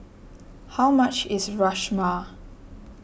how much is Rajma